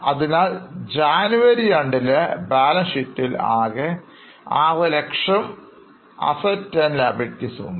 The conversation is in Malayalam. അതിനാൽ ജനുവരി 2 ലെ ബാലൻസ് ഷീറ്റിൽ ആകെ 600000 Assets and Liabilities ഉണ്ട്